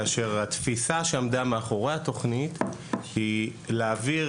התפיסה שעמדה מאחורי התוכנית היא להעביר